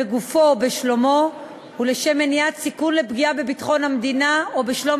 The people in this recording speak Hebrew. בגופו ובשלומו ולשם מניעת סיכון של פגיעה בביטחון המדינה או בשלום